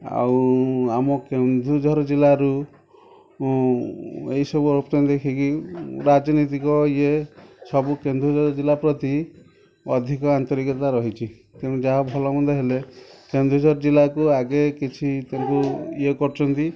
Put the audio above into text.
ଆଉ ଆମ କେନ୍ଦୁଝର ଜିଲ୍ଲାରୁ ଏହି ସବୁ ରପ୍ତାନୀ ଦେଖିକି ରାଜନୈତିକ ଇଏ ସବୁ କେନ୍ଦୁଝର ଜିଲ୍ଲା ପ୍ରତି ଅଧିକ ଆନ୍ତରିକତା ରହିଛି ତେଣୁ ଯାହା ଭଲ ମନ୍ଦ ହେଲେ କେନ୍ଦୁଝର ଜିଲ୍ଲାକୁ ଆଗେ କିଛି ଇଏ କରୁଛନ୍ତି